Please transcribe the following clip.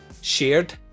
shared